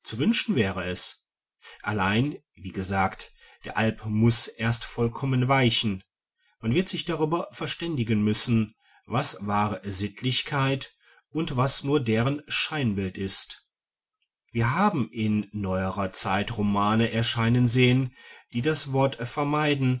zu wünschen wäre es allein wie gesagt der alp muß erst vollkommen weichen man wird sich darüber verständigen müssen was wahre sittlichkeit und was nur deren scheinbild ist wir haben in neuerer zeit romane erscheinen sehen die das wort vermeiden